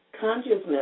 consciousness